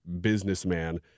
businessman